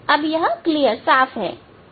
अब यह साफ है